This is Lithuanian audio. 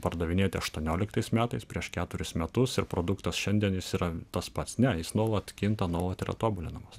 pardavinėti aštuonioliktais metais prieš keturis metus ir produktas šiandien jis yra tas pats ne jis nuolat kinta nuolat yra tobulinamas